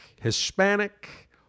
Hispanic